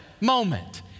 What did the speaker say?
moment